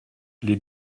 les